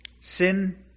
Sin